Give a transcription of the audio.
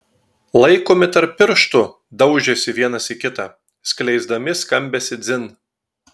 laikomi tarp pirštų daužėsi vienas į kitą skleisdami skambesį dzin